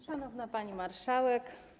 Szanowna Pani Marszałek!